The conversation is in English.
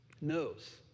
knows